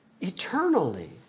Eternally